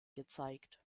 gezeigt